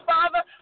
Father